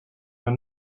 were